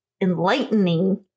enlightening